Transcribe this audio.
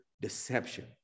deception